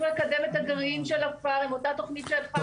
לקדם את הגרעין של הכפר עם אותה תכנית שהתחלנו לקדם.